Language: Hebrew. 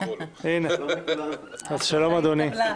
שלום אדוני,